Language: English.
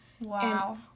Wow